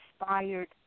inspired